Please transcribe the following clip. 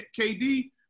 KD